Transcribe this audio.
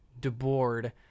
Debord